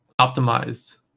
optimized